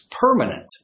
permanent